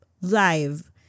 live